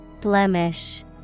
Blemish